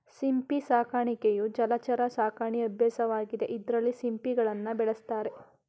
ಸಿಂಪಿ ಸಾಕಾಣಿಕೆಯು ಜಲಚರ ಸಾಕಣೆ ಅಭ್ಯಾಸವಾಗಿದೆ ಇದ್ರಲ್ಲಿ ಸಿಂಪಿಗಳನ್ನ ಬೆಳೆಸ್ತಾರೆ